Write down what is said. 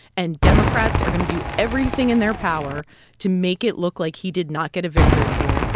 and democrats are going to do everything in their power to make it look like he did not get a victory here.